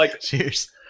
cheers